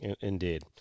Indeed